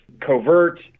covert